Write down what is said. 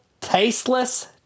Tasteless